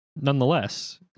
Nonetheless